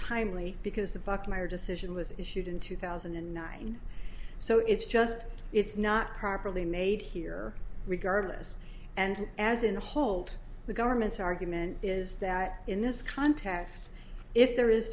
untimely because the buck meyer decision was issued in two thousand and nine so it's just it's not properly made here regardless and as in the hold the government's argument is that in this contest yes if there is